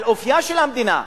על אופיה של המדינה.